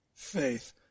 Faith